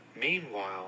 meanwhile